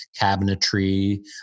cabinetry